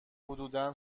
حدودا